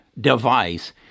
device